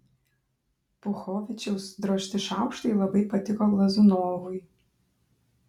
puchovičiaus drožti šaukštai labai patiko glazunovui